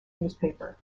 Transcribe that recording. newspaper